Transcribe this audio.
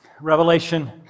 Revelation